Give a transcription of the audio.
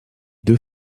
deux